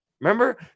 Remember